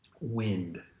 Wind